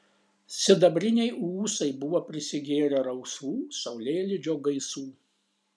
sidabriniai ūsai buvo prisigėrę rausvų saulėlydžio gaisų